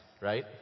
Right